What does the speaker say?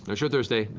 ah show thursday!